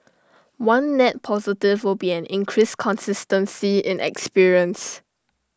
one net positive will be an increased consistency in experience